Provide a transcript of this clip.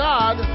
God